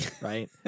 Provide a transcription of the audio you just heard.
right